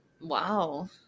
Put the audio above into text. wow